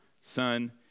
Son